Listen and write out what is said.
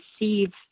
receive